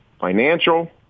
financial